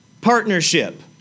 partnership